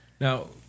Now